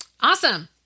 Awesome